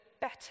better